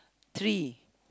three